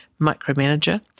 micromanager